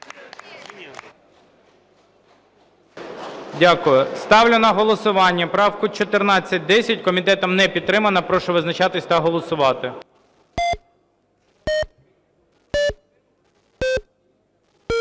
Дякую. Ставлю на голосування правку 1410. Комітетом не підтримано. Прошу визначатися та голосувати.